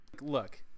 look